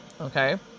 Okay